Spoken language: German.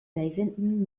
reisenden